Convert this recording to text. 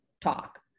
talk